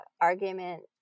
argument